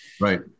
right